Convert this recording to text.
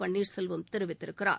பன்னீர்செல்வம் தெரிவித்திருக்கிறார்